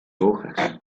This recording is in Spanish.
hojas